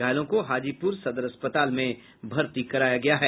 घायलों को हाजीपुर सदर अस्पताल में भर्ती कराया गया है